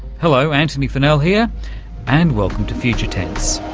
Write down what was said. hello antony funnell here and welcome to future tense.